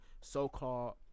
so-called